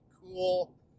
cool